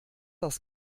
das